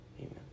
Amen